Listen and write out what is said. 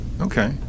Okay